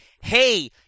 hey